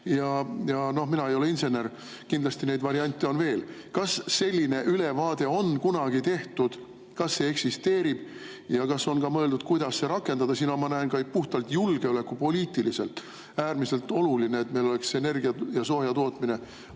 Mina ei ole insener, kindlasti neid variante on veel. Kas selline ülevaade on kunagi tehtud, kas see eksisteerib ja kas on ka mõeldud, kuidas seda rakendada? Ma näen, et puhtalt ka julgeolekupoliitiliselt on äärmiselt oluline, et meil oleks energia‑ ja soojatootmine